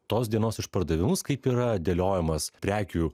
tos dienos išpardavimus kaip yra dėliojamas prekių